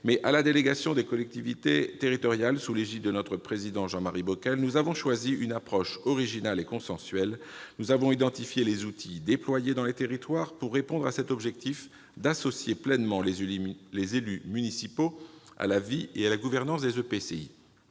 sein de la délégation aux collectivités territoriales, sous l'égide de notre président Jean-Marie Bockel, nous avons choisi une approche originale et consensuelle : nous avons identifié les outils déployés dans les territoires pour répondre à cet objectif d'associer pleinement les élus municipaux à la vie et à la gouvernance des EPCI.